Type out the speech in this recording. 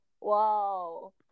wow